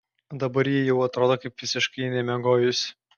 dabar ji jau atrodo kaip visiškai nemiegojusi